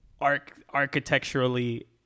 architecturally